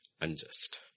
Unjust